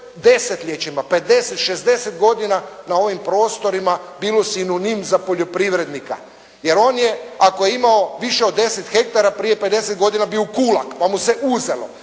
desetljećima, 50, 60 godina na ovim prostorima bilo sinonim za poljoprivrednika, jer on je ako je imao više od 10 hektara, prije 50 godina bio gulag, pa mu se uzelo.